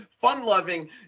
fun-loving